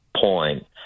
point